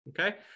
okay